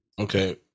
okay